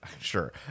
Sure